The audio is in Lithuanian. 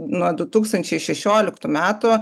nuo du tūkstančiai šešioliktų metų